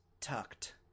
tucked